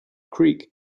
creek